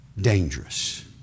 dangerous